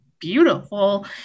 beautiful